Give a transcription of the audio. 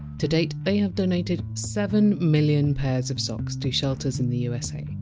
to date, they have donated seven million pairs of socks to shelters in the usa.